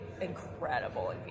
incredible